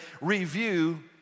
review